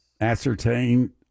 ascertain